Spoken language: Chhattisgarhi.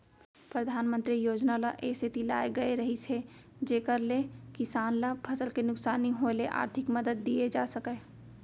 परधानमंतरी योजना ल ए सेती लाए गए रहिस हे जेकर ले किसान ल फसल के नुकसानी होय ले आरथिक मदद दिये जा सकय